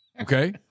Okay